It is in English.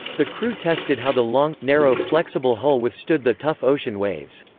the crew tested how the long, narrow, flexible hull withstood the tough ocean waves.